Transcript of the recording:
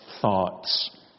thoughts